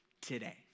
today